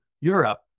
Europe